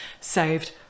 saved